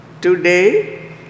Today